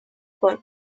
for